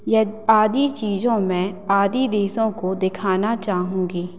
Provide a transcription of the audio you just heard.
यद आदि चीज़ों में आदि देशों को दिखाना चाहूँगी